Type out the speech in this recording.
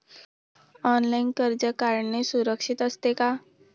Online कर्ज काढणे सुरक्षित असते का?